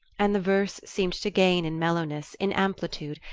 and the verse seemed to gain in mellowness, in amplitude,